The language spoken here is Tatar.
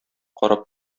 карап